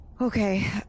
Okay